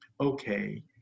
okay